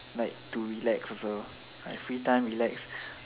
like to relax also like free time relax